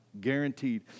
Guaranteed